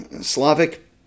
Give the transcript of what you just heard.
Slavic